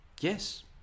yes